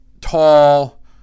tall